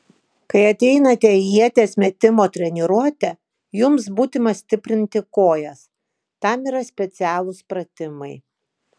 kai ateinate į ieties metimo treniruotę jums būtina stiprinti kojas tam yra specialūs pratimai